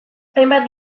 hainbat